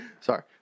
Sorry